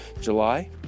July